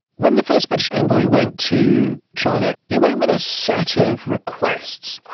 when the first british envoy went to china, he went with a set of requests,